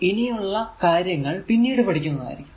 ഇനിയുള്ള കാര്യങ്ങൾ പിന്നീട് പഠിക്കുന്നതായിരിക്കും